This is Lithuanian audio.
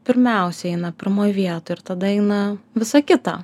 pirmiausia eina pirmoj vietoj ir tada eina visa kita